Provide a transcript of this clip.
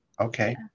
Okay